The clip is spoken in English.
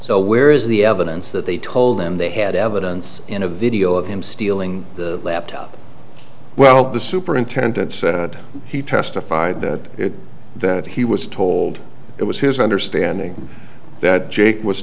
so where is the evidence that they told him they had evidence in a video of him stealing the laptop well the superintendent said he testified that that he was told it was his understanding that jake was